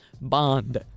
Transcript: bond